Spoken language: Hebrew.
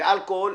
ואלכוהול.